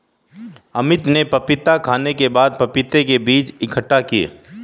अमित ने पपीता खाने के बाद पपीता के बीज इकट्ठा किए